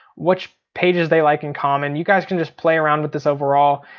which pages they like in common. you guys can just play around with this overall.